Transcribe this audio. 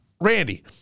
Randy